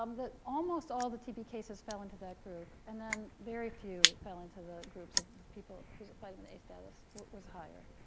um that almost all the tb cases fell into that group. and then, very few fell into the groups of people whose vitamin a status was higher.